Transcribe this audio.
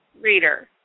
reader